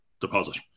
deposit